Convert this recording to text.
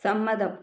സമ്മതം